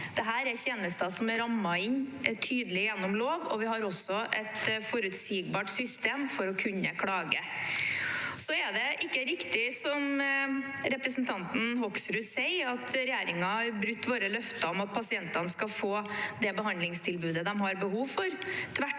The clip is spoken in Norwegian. Dette er tjenester som er rammet inn tydelig gjennom lov, og vi har også et forutsigbart system for å kunne klage. Det er ikke riktig, som representanten Hoksrud sier, at regjeringen har brutt våre løfter om at pasientene skal få det behandlingstilbudet de har behov for